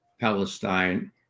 Palestine